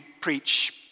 preach